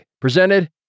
presented